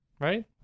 Right